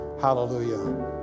hallelujah